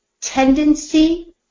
tendency